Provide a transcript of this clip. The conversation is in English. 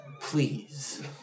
Please